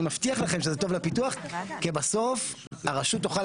אני מבטיח לכם שזה טוב לפיתוח כי בסוף הרשות תוכל